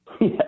Yes